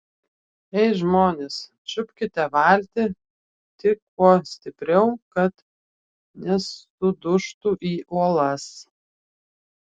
ei žmonės čiupkite valtį tik kuo stipriau kad nesudužtų į uolas